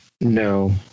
No